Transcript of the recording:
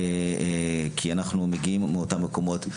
כי אנחנו מגיעים מאותם מקומות,